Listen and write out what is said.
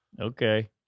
okay